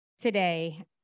today